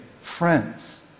friends